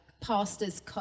pastors